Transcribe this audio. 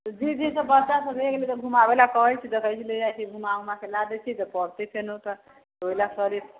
घुमाबे लए कहै छै तऽ कहलियै जाइ छियै घुमा उमा के ला दै छियै तऽ पढतै फेनो तऽ ओहिलए कहलियै